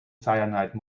cyanide